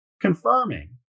confirming